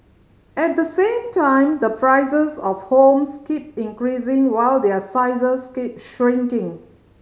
at the same time the prices of homes keep increasing while their sizes keep shrinking